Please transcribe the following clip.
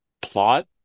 plot